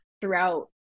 throughout